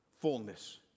fullness